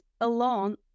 alone